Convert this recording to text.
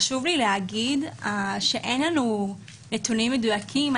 חשוב לי להגיד שאין לנו נתונים מדויקים.